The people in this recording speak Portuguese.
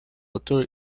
ator